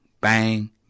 bang